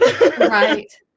Right